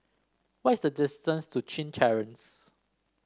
what is the distance to Chin Terrace